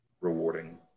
rewarding